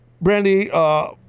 Brandy